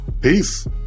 Peace